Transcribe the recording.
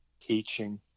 teaching